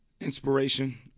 inspiration